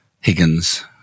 Higgins